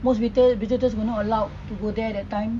most visitors visitors were not allowed to go there that time